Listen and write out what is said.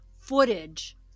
footage